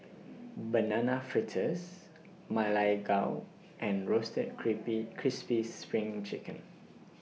Banana Fritters Ma Lai Gao and Roasted creepy Crispy SPRING Chicken